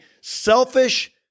selfish